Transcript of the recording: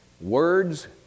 words